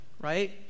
Right